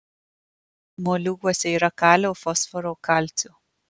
moliūguose yra kalio fosforo kalcio